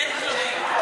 שלוש דקות.